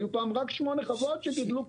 היו פעם רק 8 חוות שגידלו.